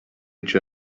each